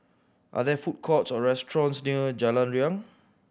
are there food courts or restaurants near Jalan Riang